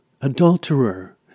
Adulterer